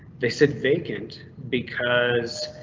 they said vacant because.